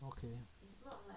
okay